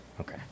okay